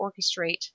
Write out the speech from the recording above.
orchestrate